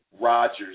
Rodgers